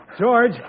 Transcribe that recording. George